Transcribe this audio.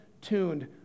tuned